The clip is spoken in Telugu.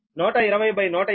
1 120150 2